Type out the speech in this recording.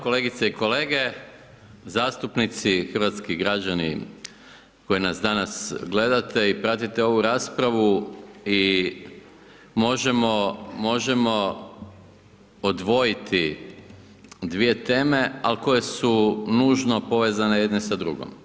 Kolegice i kolege zastupnici, hrvatski građani koji nas danas gledate i pratite ovu raspravu i možemo odvojiti dvije teme, ali koje su nužno povezane jedne sa drugom.